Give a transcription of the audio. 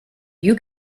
you